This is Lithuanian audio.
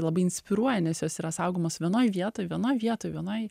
labai inspiruoja nes jos yra saugomos vienoj vietoj vienoj vietoj vienoj